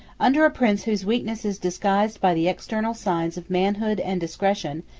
under a prince whose weakness is disguised by the external signs of manhood and discretion,